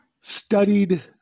studied